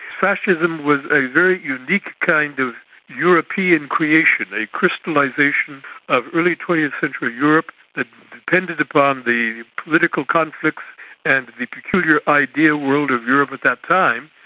fascism was a very unique kind of european creation, a crystallisation of early twentieth century europe that depended upon the political conflicts and the peculiar ideal world of europe at that time.